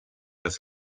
das